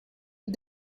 but